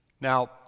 Now